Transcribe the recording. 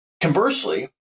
Conversely